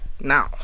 now